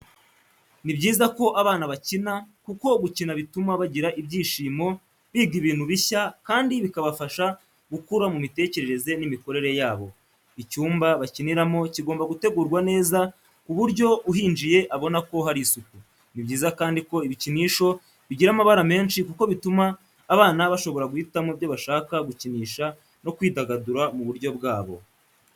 Ni byiza ko abana bakina, kuko gukina bituma bagira ibyishimo, biga ibintu bishya, kandi bikabafasha gukura mu mitekerereze n'imikorere yabo. Icyumba bakiniramo kigomba gutegurwa neza ku buryo uhinjiye abona ko hari isuku. Ni byiza kandi ko ibikinisho bigira amabara menshi kuko bituma abana bashobora guhitamo ibyo bashaka gukinisha no kwidagadura mu buryo bwabo.